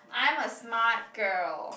I'm a smart girl